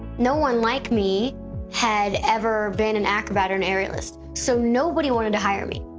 no one like me had ever been an acrobat or and aerialist. so nobody wanted to hire me.